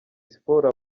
siporo